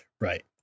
Right